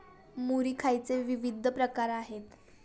मुरी खायचे विविध प्रकार आहेत